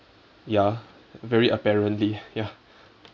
ya very apparently ya